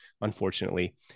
unfortunately